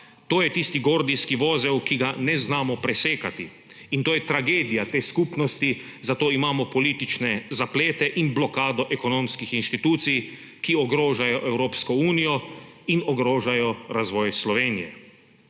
To je tisti gordijski vozel, ki ga ne znamo presekati in to je tragedija te skupnosti, zato imamo politične zaplete in blokado ekonomskih institucij, ki ogrožajo Evropsko unijo in ogrožajo razvoj Slovenije.